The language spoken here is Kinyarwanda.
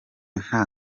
nta